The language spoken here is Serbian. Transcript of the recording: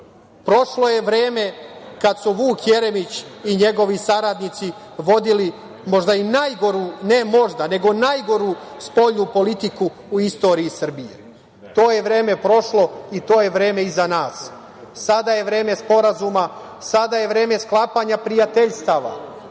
Prošlo je vreme kada su Vuk Jeremić i njegovi saradnici vodili možda i najgoru, ne možda, nego najgoru spoljnu politiku u istoriji Srbiji. To je vreme prošlo i to je vreme iza nas. Sada je vreme sporazuma, sada je vreme sklapanja prijateljstava